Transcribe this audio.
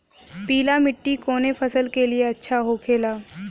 पीला मिट्टी कोने फसल के लिए अच्छा होखे ला?